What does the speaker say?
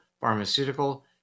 pharmaceutical